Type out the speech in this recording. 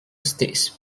states